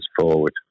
forward